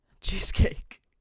cheesecake